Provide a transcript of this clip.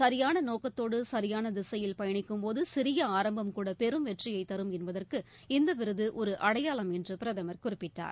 சரியான நோக்கத்தோடு சரியான திசையில் பயணிக்கும்போது சிறிய ஆரம்பம் கூட பெரும் வெற்றியை தரும் என்பதற்கு இந்த விருது ஒரு அடையாளம் என்று பிரதமர் குறிப்பிட்டார்